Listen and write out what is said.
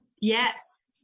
Yes